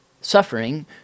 suffering